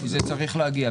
זה צריך להגיע.